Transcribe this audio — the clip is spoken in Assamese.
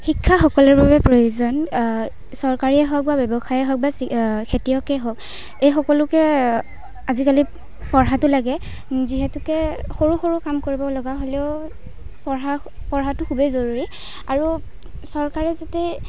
শিক্ষা সকলোৰে বাবেই প্ৰয়োজন চৰকাৰে হওক বা ব্যৱসায়ে হওক বা খেতিয়কেই হওক এই সকলোকে আজিকালি পঢ়াটো লাগে যিহেতুকে সৰু সৰু কাম কৰিব লগা হলেও পঢ়া পঢ়াটো খুবেই জৰুৰী আৰু চৰকাৰে যাতে